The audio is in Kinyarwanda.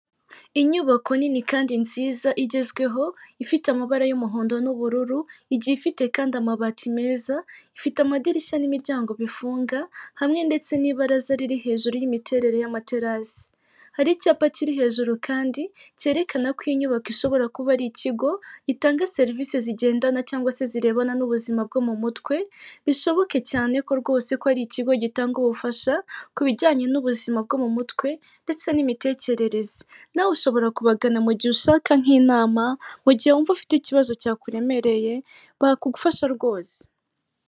Inyubako nini kandi nziza igezweho ifite amabara y'umuhondo n'ubururu igiye ifite kandi amabati meza ifite amadirishya n'imiryango bifunga hamwe ndetse n'ibaraza riri hejuru y'imiterere y'amaterasi hari icyapa kiri hejuru kandi cyerekana ko inyubako ishobora kuba ari ikigo itanga serivisi zigendana cyangwa se zirebana n'ubuzima bwo mu mutwe bishoboke cyane ko rwose ko ari ikigo gitanga ubufasha ku bijyanye n'ubuzima bwo mu mutwe ndetse n'imitekerereze nawe ushobora kubagana mugihe ushaka nk'inama mu gihe wumva ufite ikibazo cyakuremereye bakagufasha rwose.